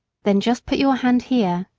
then just put your hand here,